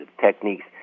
techniques